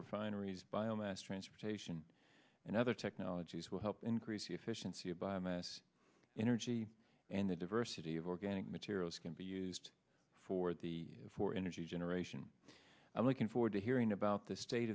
refineries bio mass transportation and other technologies will help increase the efficiency of biomass energy and the diversity of organic materials can be used for the for energy generation i'm looking forward to hearing about the state